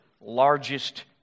largest